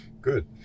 Good